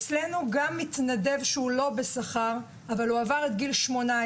אצלנו גם מתנדב בשכר או לא בשכר שעבר גיל 18